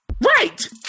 Right